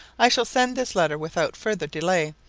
i shall send this letter without further delay,